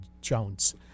Jones